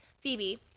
Phoebe